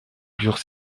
dure